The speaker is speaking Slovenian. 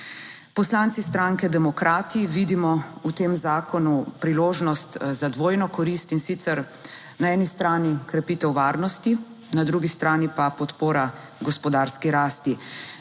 Poslanci stranke Demokrati vidimo v tem zakonu priložnost za dvojno korist, in sicer na eni strani krepitev varnosti, na drugi strani pa podpora gospodarski rasti.